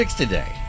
today